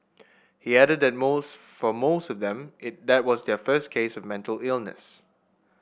he added that most for most of them it that was their first case of mental illness